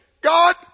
God